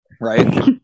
right